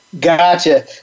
Gotcha